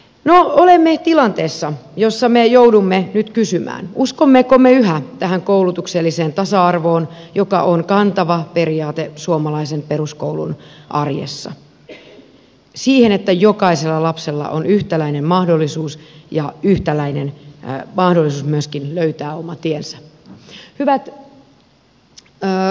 olemme tilanteessa jossa me joudumme nyt kysymään uskommeko me yhä tähän koulutukselliseen tasa arvoon joka on kantava periaate suomalaisen peruskoulun arjessa siihen että jokaisella lapsella on yhtäläinen mahdollisuus ja yhtäläinen mahdollisuus myöskin löytää oma tiensä